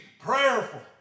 prayerful